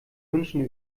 wünschen